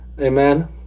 amen